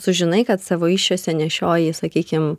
sužinai kad savo įsčiose nešioji sakykim